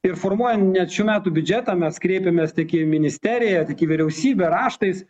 ir formuojant net šių metų biudžetą mes kreipėmės tiek į ministeriją tiek į vyriausybę raštais